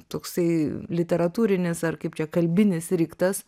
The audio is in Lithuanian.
toksai literatūrinis ar kaip čia kalbinis riktas